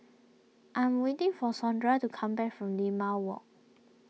I'm waiting for Sondra to come back from Limau Walk